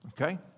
Okay